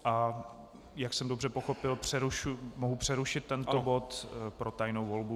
A jak jsem dobře pochopil, mohu přerušit tento bod pro tajnou volbu.